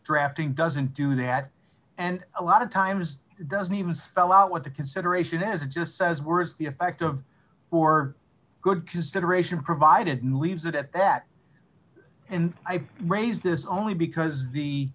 drafting doesn't do that and a lot of times doesn't even spell out what the consideration is just says we're the effect of or good consideration provided and leaves it at that and i raised this only because the